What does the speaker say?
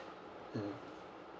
mm